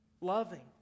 loving